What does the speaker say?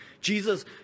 Jesus